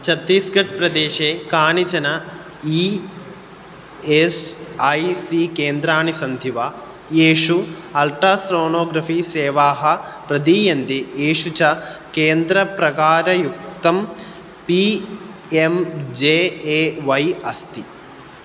छत्तिस्गड् प्रदेशे कानिचन E S I C केन्द्राणि सन्ति वा येषु अल्ट्रासोनोग्रफ़ी सेवाः प्रदीयन्ते येषु च केन्द्रप्रकारयुक्तं P M J A Y अस्ति